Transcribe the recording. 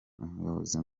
umuyobozi